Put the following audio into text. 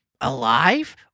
Alive